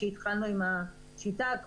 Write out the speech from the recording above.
כשהתחלנו עם השיטה,